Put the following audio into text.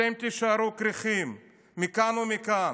אתם תישארו קירחים מכאן ומכאן.